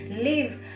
Leave